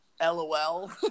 LOL